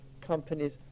companies